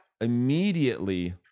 immediately